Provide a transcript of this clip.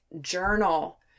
journal